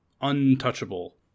untouchable